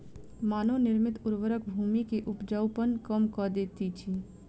मानव निर्मित उर्वरक भूमि के उपजाऊपन कम कअ दैत अछि